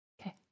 okay